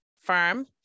farm